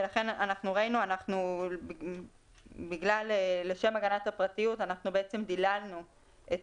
ולכן ראינו לשם הגנת הפרטיות אנחנו בעצם דיללנו את